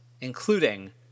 including